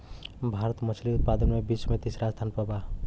भारत मछली उतपादन में विश्व में तिसरा स्थान पर बा